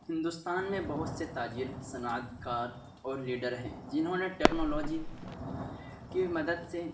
ہندوستان میں بہت سے تاجر صنعت کار اور لیڈر ہیں جنہوں نے ٹیکنالوجی کی مدد سے